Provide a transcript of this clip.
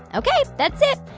ok, that's it.